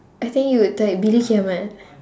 I think you would type bila kiamat